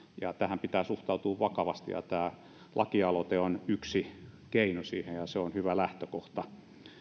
ja tähän pitää suhtautua vakavasti tämä lakialoite on yksi keino siihen ja se on hyvä lähtökohta